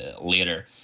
later